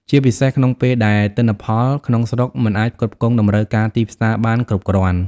ជាពិសេសក្នុងពេលដែលទិន្នផលក្នុងស្រុកមិនអាចផ្គត់ផ្គង់តម្រូវការទីផ្សារបានគ្រប់គ្រាន់។